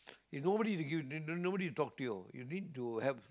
if nobody give you nobody to talk to you you need to help